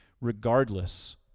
regardless